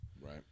Right